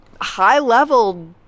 high-level